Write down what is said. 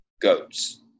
goats